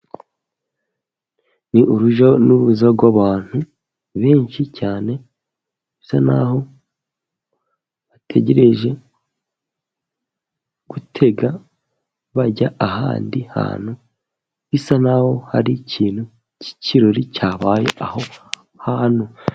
Ni urujya n'uruza rw'abantu benshi cyane, bisa n'aho bategereje gutega bajya ahandi hantu, bisa n'aho hari ikintu k'ikirori cyabaye aho hantu.